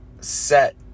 set